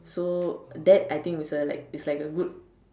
so that I think is a like is like a good